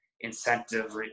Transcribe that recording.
Incentive